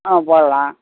ஆ போடலாம்